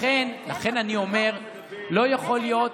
לכן אני אומר, לא יכול להיות, שאלה.